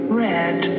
red